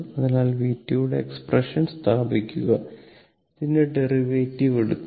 അതിനാൽ vt യുടെ expression സ്ഥാപിക്കുക ഇതിന്റെ ഡെറിവേറ്റീവ് എടുക്കുക